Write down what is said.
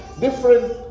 different